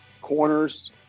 corners